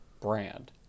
brand